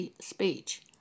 speech